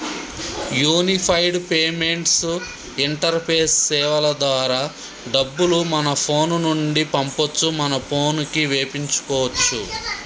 unified payments interface సేవల ద్వారా డబ్బులు మన ఫోను నుండి పంపొచ్చు మన పోనుకి వేపించుకోచ్చు